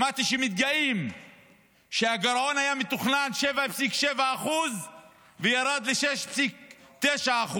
שמעתי שמתגאים שהגירעון המתוכנן היה 7.7% וירד ל-6.9%.